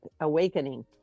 Awakening